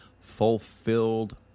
fulfilled